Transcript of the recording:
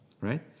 right